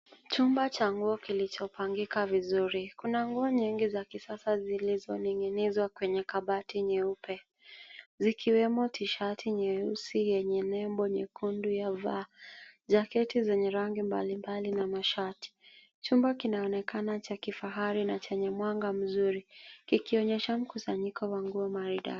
Chumba cha nguo kilichopangika vizuri. Kuna nguo nyingi za kisasa zilizoning'inizwa kwenye kabati nyeupe zikiwemo tishati nyeusi zenye nembo nyekundu ya v,jaketi zenye rangi mbalimbali na mashati. Chumba kinaonekana cha kifahari na chenye mwanga mzuri kikionyesha mkusanyiko wa nguo maridadi.